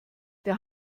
der